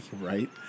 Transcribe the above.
Right